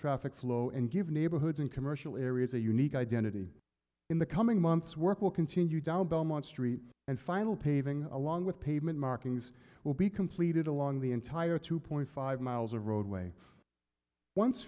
traffic flow and give neighborhoods and commercial areas a unique identity in the coming months work will continue down belmont street and final paving along with pavement markings will be completed along the entire two point five miles of roadway once